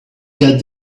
got